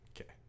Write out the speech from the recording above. Okay